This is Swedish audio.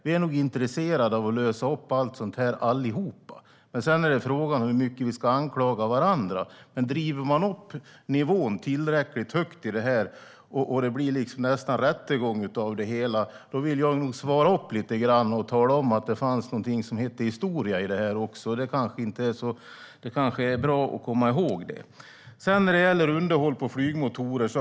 Vi är nog alla intresserade av att lösa upp allt sådant här, men sedan är frågan hur mycket vi ska anklaga varandra. Driver man upp nivån tillräckligt högt i detta så att det nästan blir en rättegång av det hela, då vill jag nog svara upp lite grann mot det och tala om att det finns något som heter historia i det här också, och det kanske är bra att komma ihåg det. Jag har gett min bild när det gäller underhåll av flygmotorer.